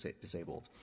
disabled